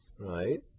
right